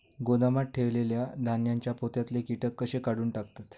गोदामात ठेयलेल्या धान्यांच्या पोत्यातले कीटक कशे काढून टाकतत?